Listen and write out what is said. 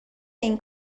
این